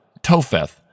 Topheth